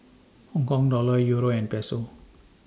Hong Kong Dollar Euro and Peso